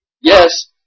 yes